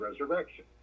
resurrection